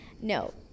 No